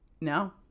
No